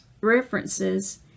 references